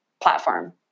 platform